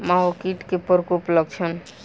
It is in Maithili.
माहो कीट केँ प्रकोपक लक्षण?